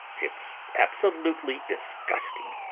it's absolutely dis gusting.